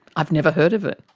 i've never heard of it.